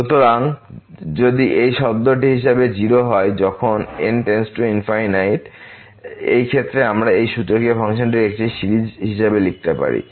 সুতরাং যদি এই শব্দটিহিসাবে 0 হয় যখন n→∞ এই ক্ষেত্রে আমরা এই সূচকীয় ফাংশনটি একটি সিরিজ হিসাবে লিখতে পারি